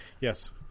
Yes